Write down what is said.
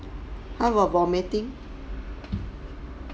how about vomiting